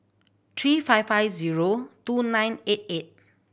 three five five zero two nine eight eight